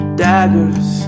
daggers